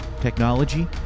Technology